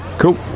cool